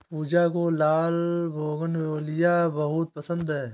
पूजा को लाल बोगनवेलिया बहुत पसंद है